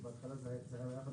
כי בהתחלה זה היה יחד,